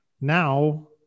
Now